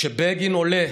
כשבגין עולה